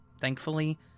Thankfully